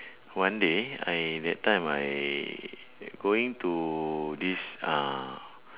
one day I that time I going to this uh